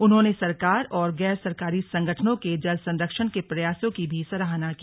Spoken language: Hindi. उन्होंने सरकार और गैर सरकारी संगठनों के जल संरक्षण के प्रयासों की भी सराहना की